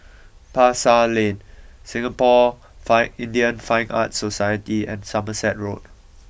Pasar Lane Singapore Fine Indian Fine Arts Society and Somerset Road